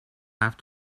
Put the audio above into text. have